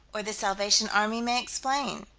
or the salvation army may explain?